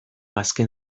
azken